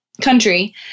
country